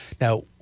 now